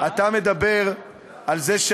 אתה מדבר על זה,